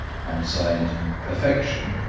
and signed perfection,